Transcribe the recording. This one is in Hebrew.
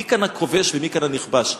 מי כאן הכובש ומי כאן הנכבש?